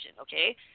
okay